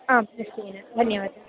आं निश्चयेन धन्यवादः